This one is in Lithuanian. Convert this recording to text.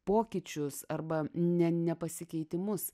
pokyčius arba ne nepasikeitimus